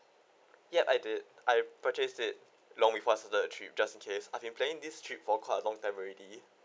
yup I did I've purchased it long before started a trip just in case I've been planning this trip for quite a long time already